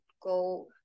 go